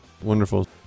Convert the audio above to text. wonderful